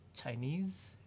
Chinese